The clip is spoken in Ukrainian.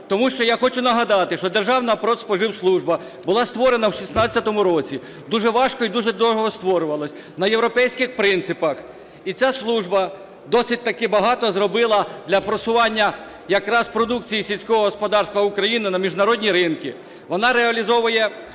Тому що я хочу нагадати, що Державна продспоживслужба була створена в 16-му році, дуже важко і дуже довго створювалась на європейських принципах. І ця служба досить таки багато зробила для просування продукції сільського господарства України на міжнародні ринки. Вона реалізовує